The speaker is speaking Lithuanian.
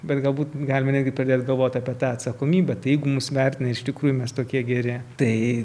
bet galbūt galima netgi pradėti galvoti apie tą atsakomybę tai jeigu mus vertina ir iš tikrųjų mes tokie geri tai